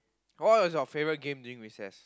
what was your favorite game during recess